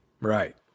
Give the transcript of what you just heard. right